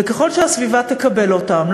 וככל שהסביבה תקבל אותם,